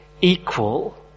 equal